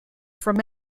from